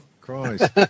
Christ